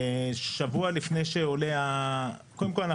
קודם כול,